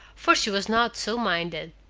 for she was not so minded.